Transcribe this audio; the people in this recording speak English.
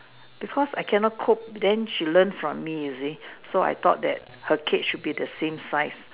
because I can not cope then she learn from me you see so I thought that her cake should be the same size